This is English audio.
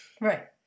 Right